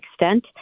extent